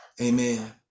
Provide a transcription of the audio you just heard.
Amen